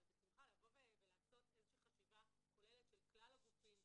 אבל בשמחה לבוא ולעשות איזה שהיא חשיבה כוללת של כלל הגופים,